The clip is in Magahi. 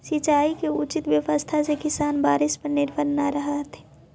सिंचाई के उचित व्यवस्था से किसान बारिश पर निर्भर न रहतथिन